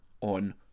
on